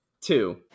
Two